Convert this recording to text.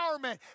empowerment